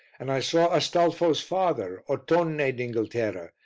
and i saw astolfo's father, ottone d'inghilterra,